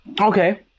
Okay